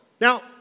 Now